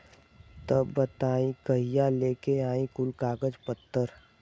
तब बताई कहिया लेके आई कुल कागज पतर?